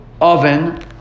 oven